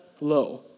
low